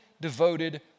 devoted